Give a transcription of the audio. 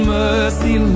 mercy